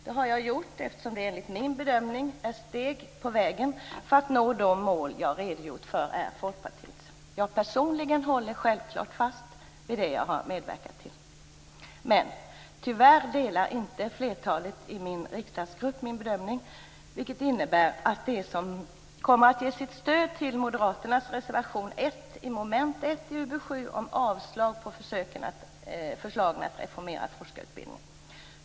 Det har jag gjort eftersom det enligt min bedömning är steg på vägen för att nå de mål jag har redogjort för är Folkpartiets. Jag personligen håller självklart fast vid det jag har medverkat till. Men tyvärr delar inte flertalet i min riksdagsgrupp min bedömning, vilket innebär att de kommer att ge sitt stöd till moderaternas reservation 1 under mom. 1 i UbU7 om avslag på förslagen att reformera forskarutbildningen.